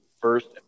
first